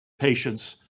patients